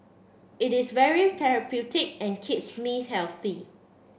it is very therapeutic and keeps me healthy